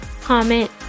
comment